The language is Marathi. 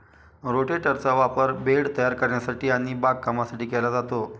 रोटेटरचा वापर बेड तयार करण्यासाठी आणि बागकामासाठी केला जातो